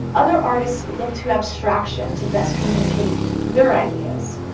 other artists looked to abstraction to best communicate their ideas.